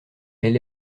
elle